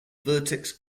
vertex